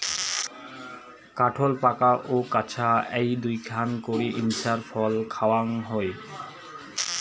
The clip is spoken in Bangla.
কাঠোল পাকা ও কাঁচা এ্যাই দুইনাকান করি ইঞার ফল খাওয়াং হই